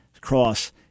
Cross